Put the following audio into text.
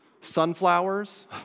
sunflowers